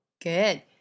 Good